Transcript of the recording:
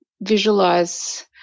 visualize